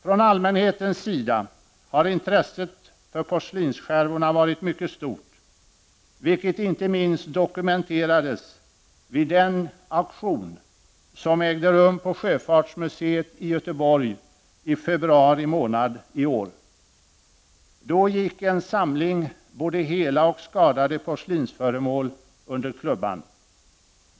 Från allmänhetens sida har intresset för porslinsskärvorna varit mycket stort, vilket inte minst dokumenterades vid den auktion som ägde rum på Sjöfartsmuseet i Göteborg i februari i år. Då gick en samling både hela och skadade porslinsföremål under klubban.